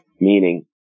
meaning